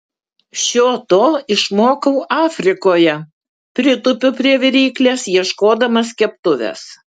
šio to išmokau afrikoje pritupiu prie viryklės ieškodamas keptuvės